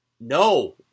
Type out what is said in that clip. no